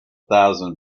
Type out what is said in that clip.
thousand